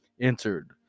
entered